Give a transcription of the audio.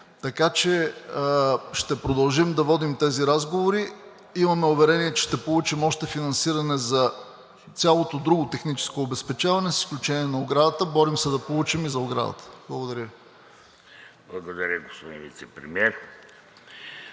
Така че ще продължим да водим тези разговори. Имаме уверение, че ще получим още финансиране за цялото друго техническо обезпечаване, с изключение на оградата. Борим се да получим и за оградата. Благодаря. ПРЕДСЕДАТЕЛ ВЕЖДИ РАШИДОВ: Благодаря, господин Вицепремиер.